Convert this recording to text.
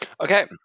Okay